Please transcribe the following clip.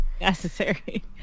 necessary